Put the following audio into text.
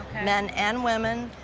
men and women,